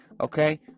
okay